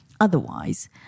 otherwise